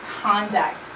conduct